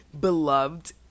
beloved